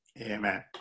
Amen